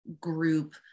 group